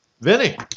Vinny